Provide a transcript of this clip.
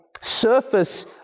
surface